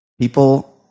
people